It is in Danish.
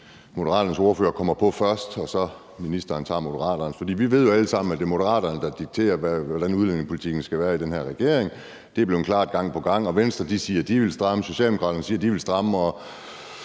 Moderaternes ordfører kommer på først, så det bliver ministeren sammen med Moderaterne. For vi ved jo alle sammen, at det er Moderaterne, der dikterer, hvordan udlændingepolitikken skal være i den her regering. Det har vi set gang på gang. Venstre siger, at de vil stramme, og Socialdemokraterne siger, at de vil stramme,